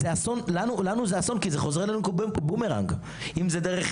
לנו זה אסון כי זה חוזר אלינו כמו בומרנג: אם זה דרך